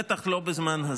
בטח לא בזמן הזה.